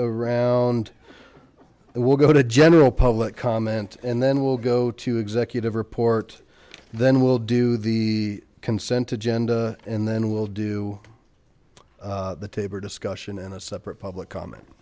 around and we'll go to general public comment and then we'll go to executive report then we'll do the consent agenda and then we'll do the taber discussion and a separate public comment